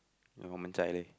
eh 我们在: wo men zai leh